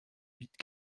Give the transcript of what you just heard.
mythes